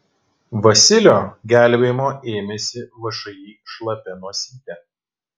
vasilio gelbėjimo ėmėsi všį šlapia nosytė